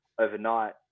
overnight